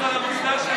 מה קרה, השר אמסלם.